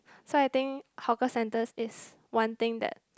so I think hawker centers is one thing that